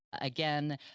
again